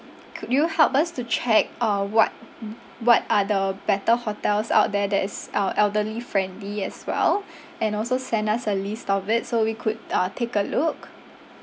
could you help us to check uh what what are the better hotels out there that is uh elderly friendly as well and also send us a list of it so we could uh take a look